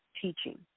teaching